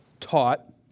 taught